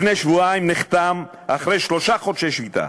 לפני שבועיים נחתם, אחרי שלושה חודשי שביתה,